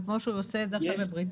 וכמו שהוא עושה את זה עכשיו בבריטניה,